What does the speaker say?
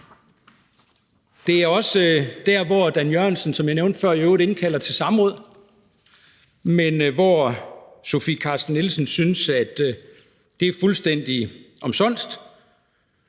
Dan Jørgensen, som jeg nævnte før, indkalder til samråd, men hvor Sofie Carsten Nielsen synes, at det er fuldstændig omsonst.